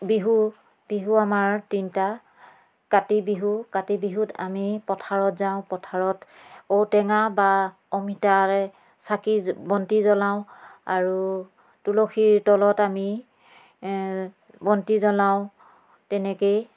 বিহু বিহু আমাৰ তিনিটা কাতি বিহু কাতি বিহুত আমি পথাৰত যাওঁ পথাৰত ঔ টেঙা বা অমিতাৰে চাকি বন্তি জলাওঁ আৰু তুলসীৰ তলত আমি বন্তি জ্ৱলাওঁ তেনেকেই